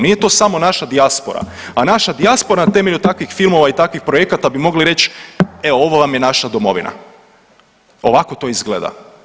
Nije to samo naša dijaspora, a naša dijaspora na temelju takvih filmova i takvih projekata bi mogli reći evo ovo vam je naša domovina, ovako to izgleda.